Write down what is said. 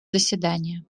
заседание